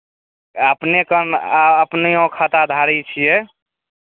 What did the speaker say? अपने कम आ अपनेओ खाताधारी छियै